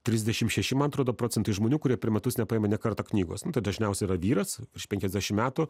trisdešim šeši man atrodo procentai žmonių kurie per metus nepaima nė karto knygos dažniausia yra vyras virš penkiasdešim metų